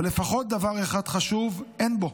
אבל לפחות דבר אחד חשוב אין בו: